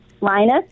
Linus